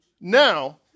Now